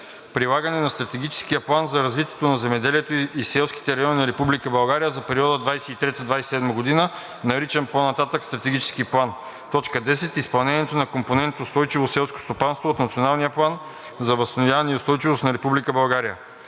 прилагането на Стратегическия план за развитието на земеделието и селските райони на Република България за периода 2023 – 2027 г., наричан по-нататък „Стратегическия план“; 10. изпълнението на компонент „Устойчиво селско стопанство“ от Националния план за възстановяване и устойчивост на